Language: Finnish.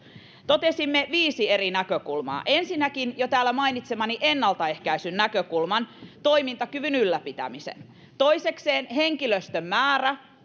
totesimme viisi eri näkökulmaa ensinnäkin täällä jo mainitsemani ennaltaehkäisyn näkökulma toimintakyvyn ylläpitäminen toisekseen henkilöstön määrä